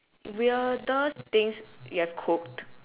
weirdest things you have cooked